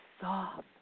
soft